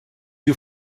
you